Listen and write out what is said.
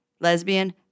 lesbian